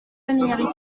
familiarité